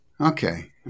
Okay